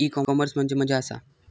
E commerce म्हणजे मझ्या आसा?